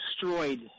destroyed